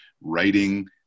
writing